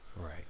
right